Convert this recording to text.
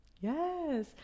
Yes